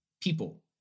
people